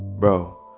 bro,